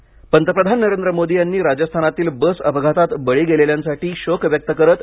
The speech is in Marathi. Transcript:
राजस्थान अपघात पंतप्रधान नरेंद्र मोदी यांनी राजस्थानातील बस अपघातात बळी गेलेल्यांसाठी शोक व्यक्त केला आहे